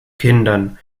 kindern